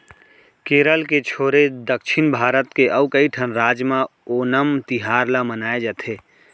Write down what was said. केरल के छोरे दक्छिन भारत के अउ कइठन राज म ओनम तिहार ल मनाए जाथे